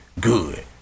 good